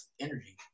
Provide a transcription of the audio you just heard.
energy